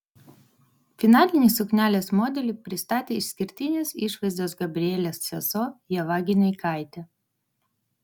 finalinį suknelės modelį pristatė išskirtinės išvaizdos gabrielės sesuo ieva gineikaitė